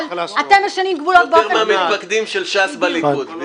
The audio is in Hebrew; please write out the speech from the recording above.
אבל אתם משנים גבולות באופן --- יותר מהמתפקדים של ש"ס בליכוד.